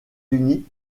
unis